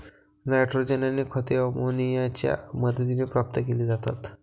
nitrogen आणि खते अमोनियाच्या मदतीने प्राप्त केली जातात